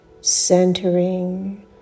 centering